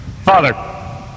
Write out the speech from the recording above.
Father